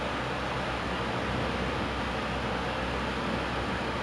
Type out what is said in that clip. convince my future managers to send me to further studies